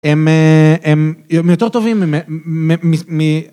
הם יותר טובים מ...